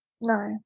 No